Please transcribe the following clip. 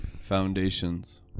foundations